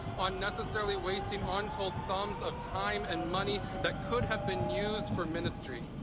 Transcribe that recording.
unnecessarily wasting untold sums of time and money that could have been used for ministry.